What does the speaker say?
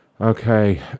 Okay